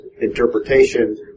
interpretation